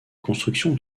construction